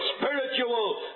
spiritual